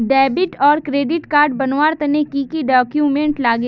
Debit आर credit card बनवार तने की की डॉक्यूमेंट लागे?